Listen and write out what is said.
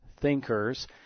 thinkers